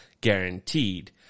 guaranteed